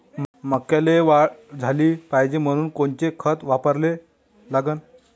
मक्याले वाढ झाली पाहिजे म्हनून कोनचे खतं वापराले लागन?